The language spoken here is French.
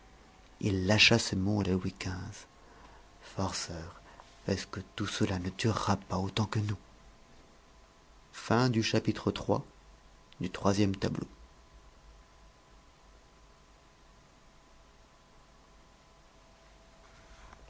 il lâcha ce mot à la louis xv farceur est-ce que tout cela ne durera pas autant que nous